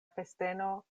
festeno